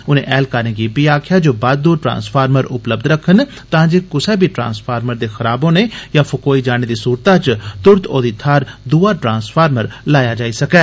उनें ऐहलकारें गी इब्बी आखेआ जे ओह् बाद्धू ट्रांसफार्मर उपलब्ध रक्खन तांजे कुसा बी ट्रांसफार्मर दे खराब होने यां फकोई जाने दी सूरतै च तुरत ओह्दी थाहर दुआ ट्रांसफार्मर लाया जाई सकै